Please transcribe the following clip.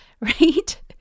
right